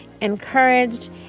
encouraged